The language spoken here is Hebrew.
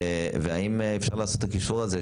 והאם אפשר לעשות את הקישור הזה,